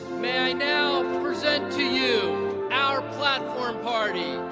may i now present to you our platform party,